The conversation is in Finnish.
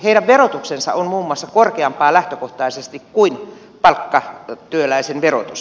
heidän verotuksensa on muun muassa korkeampaa lähtökohtaisesti kuin palkkatyöläisen verotus